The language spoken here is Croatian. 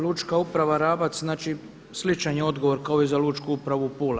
Lučka uprava Rabac, znači sličan je odgovor kao i za Lučku upravu Pula.